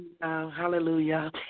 Hallelujah